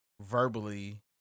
verbally